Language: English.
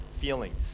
feelings